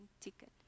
ticket